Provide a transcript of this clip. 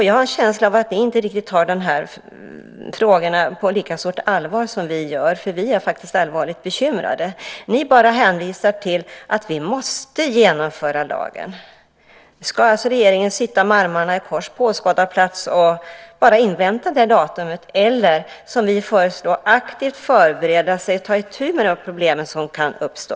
Jag har en känsla av att ni inte tar frågorna på lika stort allvar som vi gör. Vi är faktiskt allvarligt bekymrade. Ni bara hänvisar till att lagen måste genomföras. Ska regeringen sitta med armarna i kors på åskådarplats och bara invänta datumet eller, som vi föreslår, aktivt förbereda sig och ta itu med de problem som kan uppstå?